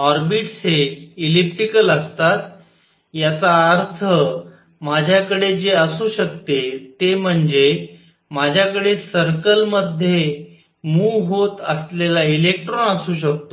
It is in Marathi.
ऑर्बिटस हे इलिप्टिकल असतात याचा अर्थ माझ्याकडे जे असू शकते ते म्हणजे माझ्याकडे सर्कल मध्ये मुव्ह होत असलेला इलेक्ट्रॉन असू शकतो